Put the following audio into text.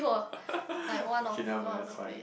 okay nevermind that's fine